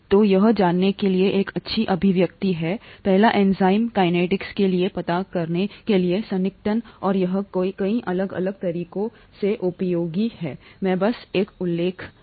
तो यह जानने के लिए एक अच्छी अभिव्यक्ति है पहला एंजाइम कैनेटीक्स के लिए पता करने के लिए सन्निकटन और यह कई अलग अलग तरीकों से उपयोगी है मैं बस एक का उल्लेख किया